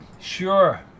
Sure